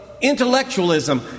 intellectualism